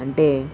అంటే